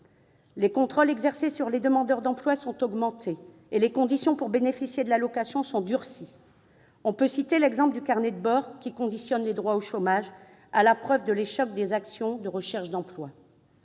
Les contrôles exercés sur les demandeurs d'emploi sont augmentés et les conditions pour bénéficier de l'allocation sont durcies. On peut citer l'exemple du carnet de bord, qui conditionne les droits au chômage à la preuve de l'échec des actions de recherche d'emploi.